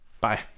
Bye